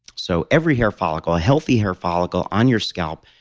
so, every hair follicle, a healthy hair follicle on your scalp,